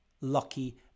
lucky